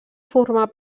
formar